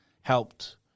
helped